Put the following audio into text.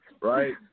right